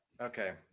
Okay